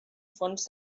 fons